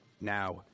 Now